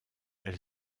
elle